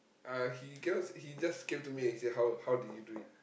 uh he cannot s~ he just came to me and say how how did you do it